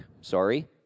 Sorry